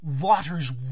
waters